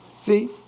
See